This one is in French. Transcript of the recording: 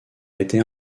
été